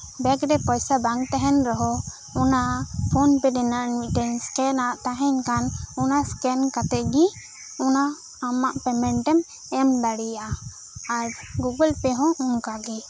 bag ᱨᱮ ᱯᱚᱭᱥᱟ ᱵᱟᱝ ᱛᱟᱦᱮᱱ ᱨᱮᱦᱚᱸ ᱚᱱᱟ ᱯᱷᱳᱱ ᱯᱮ ᱨᱮᱭᱟᱜ ᱢᱤᱫᱴᱮᱱ ᱥᱠᱮᱱᱟᱜ ᱛᱟᱦᱮᱱ ᱠᱟᱱᱟ ᱚᱱᱟ ᱥᱠᱮᱱ ᱠᱟᱛᱮᱫ ᱜᱮ ᱚᱱᱟ ᱟᱢᱟᱜ ᱯᱮᱢᱮᱸᱴ ᱮᱢ ᱮᱢᱫᱟᱲᱮᱭᱟᱜᱼᱟ ᱟᱨ ᱜᱩᱜᱳᱞ ᱯᱮ ᱦᱚᱸ ᱚᱱᱠᱟᱜᱮ